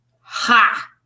ha